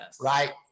right